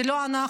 זה לא אנחנו,